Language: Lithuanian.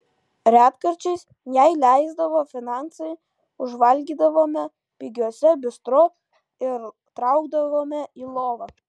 retkarčiais jei leisdavo finansai užvalgydavome pigiuose bistro ir traukdavome į lovą